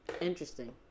Interesting